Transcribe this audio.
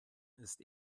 ist